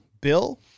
Bill